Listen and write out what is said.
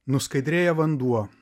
nuskaidrėja vanduo